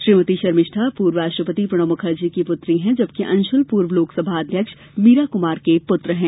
श्रीमती शर्मिष्ठा पूर्व राष्ट्रपति प्रणव मुखर्जी की पूत्री हैं जबकि अंशुल पूर्व लोकसभा अध्यक्ष मीरा कुमार के पुत्र हैं